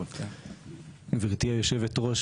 גברתי היושבת-ראש,